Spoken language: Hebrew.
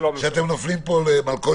אני חושב שאתם נופלים כאן למלכודת,